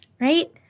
right